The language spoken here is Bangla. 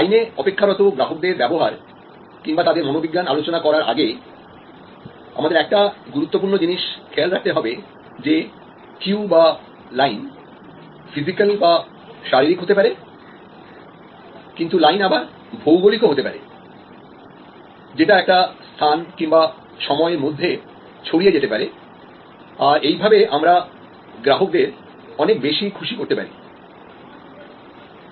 লাইনে অপেক্ষারত গ্রাহকদের ব্যবহার কিংবা তাদের মনোবিজ্ঞান আলোচনা করার আগে আমাদের একটা গুরুত্বপূর্ণ জিনিস খেয়াল রাখতে হবে যে কিউ ফিজিক্যাল বা শারীরিক হতে পারে কিন্তু কিউ আবার ভৌগলিক ও হতে পারে যেটা একটা স্থান কিংবা সময়ের মধ্যে ছড়িয়ে যেতে পারে আর এইভাবে আমরা গ্রাহকদের অনেক বেশি খুশি করতে পারি